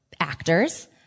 actors